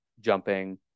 jumping